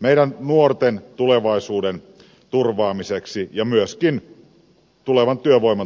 meidän nuorten tulevaisuuden turvaamiseksi ja myöskin tulevan työvoiman turvaamiseksi